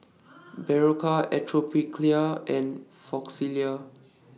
Berocca Atopiclair and Floxia